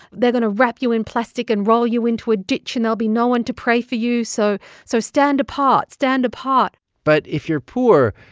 they're going to wrap you in plastic and roll you into a ditch, and there'll be no one to pray for you. so so stand apart. stand apart but if you're poor,